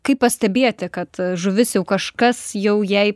kaip pastebieti kad žuvis jau kažkas jau jai